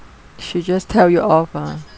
she just tell you off ah